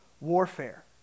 warfare